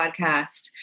podcast